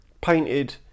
painted